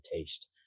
taste